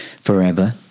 forever